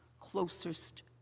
closest